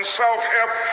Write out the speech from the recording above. self-help